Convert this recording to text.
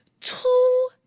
two